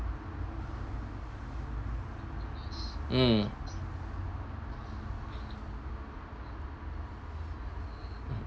mm